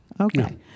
Okay